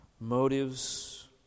motives